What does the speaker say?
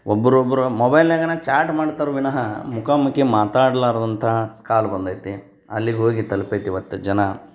ಒಬ್ರೊಬ್ರು ಮೊಬೈಲ್ನಾಗನ ಚಾಟ್ ಮಾಡ್ತಾರೆ ವಿನಃ ಮುಖಾಮುಖಿ ಮಾತಾಡಲಾರ್ದಂತಹ ಕಾಲ ಬಂದೈತಿ ಅಲ್ಲಿಗೆ ಹೋಗಿ ತಲುಪೈತಿ ಇವತ್ತು ಜನ